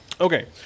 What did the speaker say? Okay